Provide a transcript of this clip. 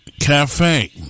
cafe